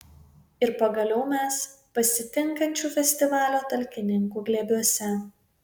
ir pagaliau mes pasitinkančių festivalio talkininkų glėbiuose